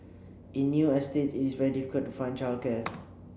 in new estates it is very difficult to find childcare